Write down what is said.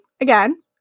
again